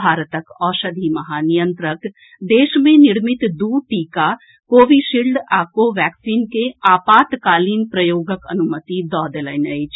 भारतक औषधि महानियंत्रक देश मे निर्मित दू टीका कोविशील्ड आ कोवैक्सीन के आपातकालीन प्रयोगक अनुमति दऽ देलनि अछि